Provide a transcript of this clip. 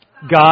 God